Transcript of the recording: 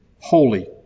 holy